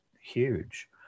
huge